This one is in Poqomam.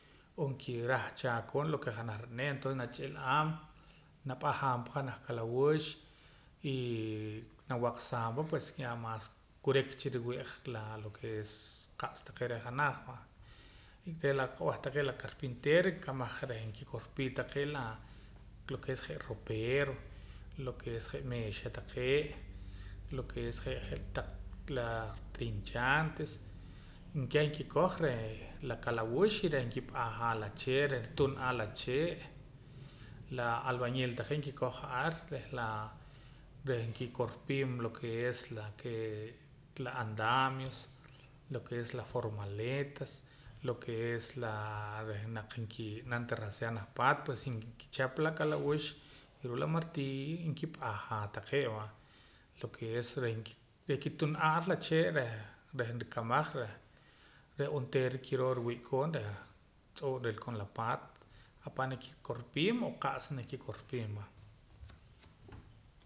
N'oo kirahchaa koon lo ke janaj ro'neem entonces nach'il'aam nap'ajaam pa janaj kalawux y nawaqsaa pa pues ya mas kurik cha nriwii' qa la lo ke es qa'sa taqee' reh janaj va reh la qa'b'eh taqee' la carpintero nkamaj reh nkikorpii taqee' laa lo ke es je' ropeero lo ke es je' meexa taqee' lo ke es je' taq laa trinchantes keh nkikoj reh la kalawux reh nkip'ajaa la chee' reh nkitun'aa la chee' la albañil taqee' nkikoj ar reh la reh nkikorpiim lo ke es la andamios lo ke es la formaletas lo ke es laa reh naq nki'nam terracear janaj paat pues nkichap la kalawux ruu' la martillo kip'ajaa taqee' va lo ke es reh nktun'aam ar la chee' reh reh nrikamaj reh onteera kiroo ruwii' koon reh tz'oo' rilakoon la paat apa' nakikor piim o qa'sa naak kikorpiim va